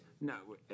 no